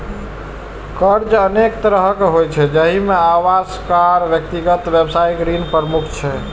कर्ज अनेक तरहक होइ छै, जाहि मे आवास, कार, व्यक्तिगत, व्यावसायिक ऋण प्रमुख छै